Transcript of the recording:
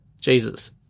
Jesus